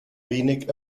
wenig